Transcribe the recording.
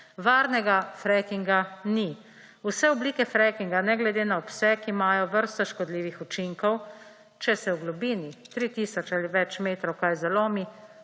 Varnega frackinga ni. Vse oblike frackinga, ne glede na obseg, imajo vrsto škodljivih učinkov. Če se v globini 3 tisoč ali več metrov kaj zalomi,